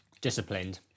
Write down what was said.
Disciplined